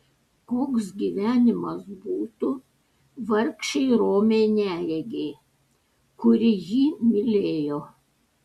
koks gyvenimas būtų vargšei romiai neregei kuri jį mylėjo